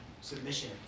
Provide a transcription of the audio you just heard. submission